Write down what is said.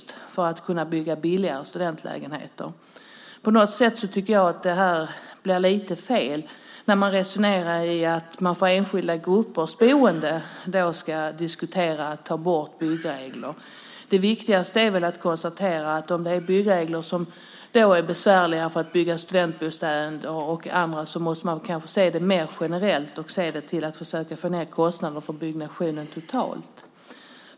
Det gäller då att kunna bygga billigare studentlägenheter. På något sätt tycker jag att det blir lite fel när man resonerar om att för enskilda gruppers boende diskutera om att ta bort byggregler. Viktigast är väl att man beträffande byggregler som är besvärliga för byggande av bostäder för studenter och andra måste ha en mer generell syn och försöka få ned kostnaderna för byggnationer totalt sett.